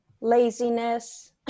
Laziness